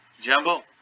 Jumble